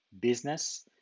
business